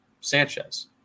Sanchez